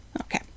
Okay